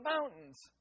mountains